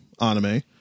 anime